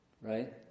right